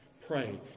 Pray